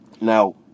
now